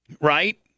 Right